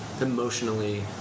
emotionally